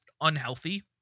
unhealthy